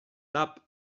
tap